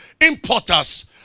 importers